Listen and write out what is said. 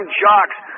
jocks